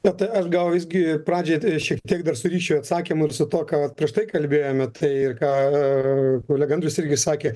bet aš gal visgi pradžiai šiek tiek dar surišiu atsakymą ir su tuo ką prieš tai kalbėjome tai ir ką kolega andrius irgi sakė